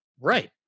right